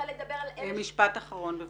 משפט אחרון בבקשה.